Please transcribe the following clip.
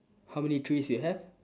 how many tress you have